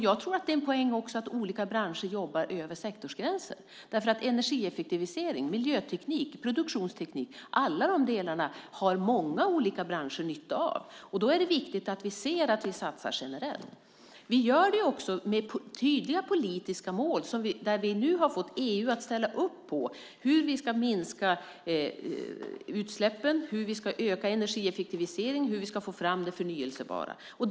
Jag tror att det också är en poäng att olika branscher jobbar över sektorsgränser eftersom många branscher har nytta av både energieffektivisering, miljöteknik och produktionsteknik. Då är det viktigt att vi satsar generellt. Vi gör det med tydliga politiska mål och har nu fått EU att ställa upp på hur vi ska minska utsläppen, öka energieffektiviseringen och få fram förnybar energi.